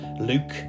Luke